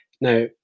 Now